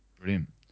Brilliant